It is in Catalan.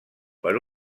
per